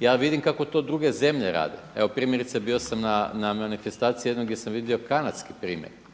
Ja vidim kako to druge zemlje rade. Evo primjerice bio sam na manifestaciji jednog gdje sam vidio kanadski primjer.